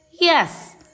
Yes